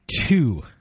two